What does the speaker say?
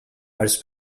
als